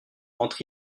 entre